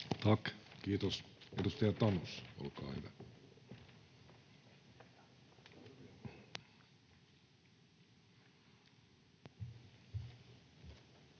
Kiitos,